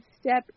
step